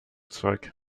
zurück